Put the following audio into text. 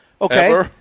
Okay